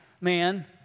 man